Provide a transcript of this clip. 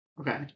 Okay